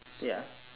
ya